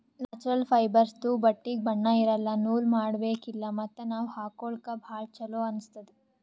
natural ಫೈಬರ್ಸ್ದು ಬಟ್ಟಿಗ್ ಬಣ್ಣಾ ಇರಲ್ಲ ನೂಲ್ ಮಾಡಬೇಕಿಲ್ಲ ಮತ್ತ್ ನಾವ್ ಹಾಕೊಳ್ಕ ಭಾಳ್ ಚೊಲೋ ಅನ್ನಸ್ತದ್